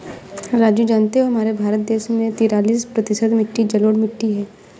राजू जानते हो हमारे भारत देश में तिरालिस प्रतिशत मिट्टी जलोढ़ मिट्टी हैं